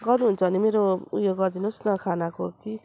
गर्नु हुन्छ भने मेरो उयो गरिदिनु होस् न खानाको कि